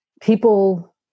people